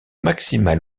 maximale